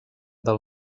del